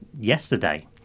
yesterday